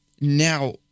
now